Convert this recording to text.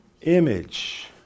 Image